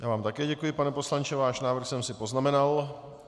Já vám také děkuji, pane poslanče, váš návrh jsem si poznamenal.